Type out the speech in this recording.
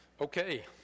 Okay